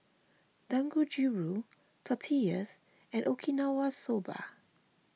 Dangojiru Tortillas and Okinawa Soba